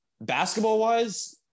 basketball-wise